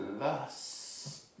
plus